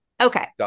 Okay